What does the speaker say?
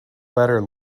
better